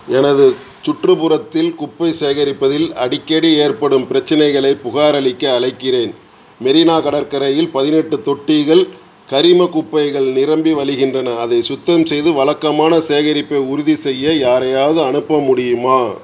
எனது சுற்றுப்புறத்தில் குப்பை சேகரிப்பதில் அடிக்கடி ஏற்படும் பிரச்சினைகளை புகாரளிக்க அழைக்கிறேன் மெரினா கடற்கரையில் பதினெட்டு தொட்டிகள் கரிம குப்பைகள் நிரம்பி வழிகின்றன அதை சுத்தம் செய்து வழக்கமான சேகரிப்பை உறுதி செய்ய யாரையாவது அனுப்ப முடியுமா